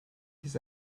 his